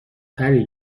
پری